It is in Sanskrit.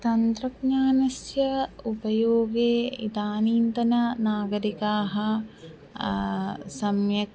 तन्त्रज्ञानस्य उपयोगे इदानीन्तननागरिकाः सम्यक्